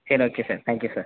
சரி okay sir thank you sir